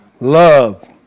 love